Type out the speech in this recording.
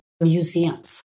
museums